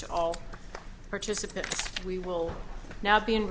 to all participants we will now be in